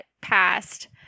passed